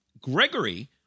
Gregory